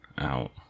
out